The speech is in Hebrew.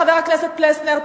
חבר הכנסת פלסנר,